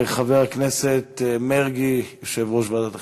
חבר הכנסת מרגי, יושב-ראש ועדת החינוך,